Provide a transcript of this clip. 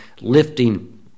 lifting